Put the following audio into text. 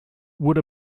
would